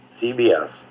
CBS